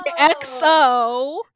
XO